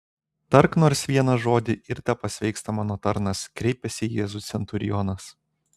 tark nors vieną žodį ir tepasveiksta mano tarnas kreipiasi į jėzų centurionas